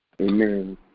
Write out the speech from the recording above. Amen